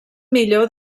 millor